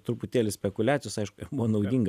truputėlį spekuliacijos aišku jo naudinga